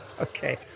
okay